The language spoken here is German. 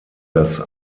das